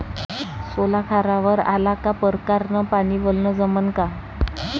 सोला खारावर आला का परकारं न पानी वलनं जमन का?